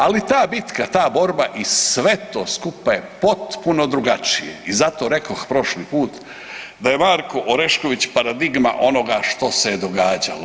Ali ta bitka, ta borba i sve to skupa je potpuno drugačije i zato rekoh prošli put da je Marko Orešković paradigma onoga što se je događalo.